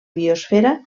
biosfera